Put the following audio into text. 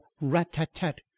rat-tat-tat